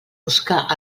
buscar